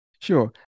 Sure